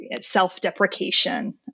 self-deprecation